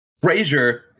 Frazier